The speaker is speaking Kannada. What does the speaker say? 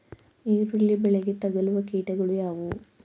ಈರುಳ್ಳಿ ಬೆಳೆಗೆ ತಗಲುವ ಕೀಟಗಳು ಯಾವುವು?